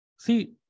See